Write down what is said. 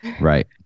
Right